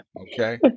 okay